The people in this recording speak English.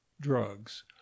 drugs